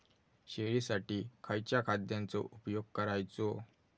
शेळीसाठी खयच्या खाद्यांचो उपयोग करायचो?